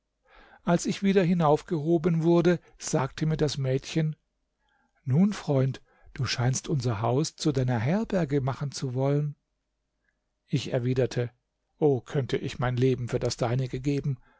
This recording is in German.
als ich wieder hinaufgehoben wurde sagte mir das mädchen nun freund du scheinst unser haus zu deiner herberge machen zu wollen ich erwiderte o könnte ich mein leben für das deinige geben